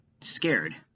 Scared